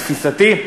התפיסתי,